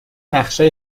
نقشه